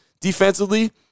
defensively